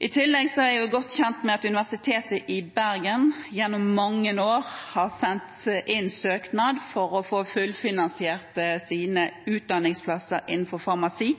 I tillegg er jeg godt kjent med at Universitetet i Bergen gjennom mange år har sendt inn søknad for å få fullfinansiert sine utdanningsplasser innenfor farmasi.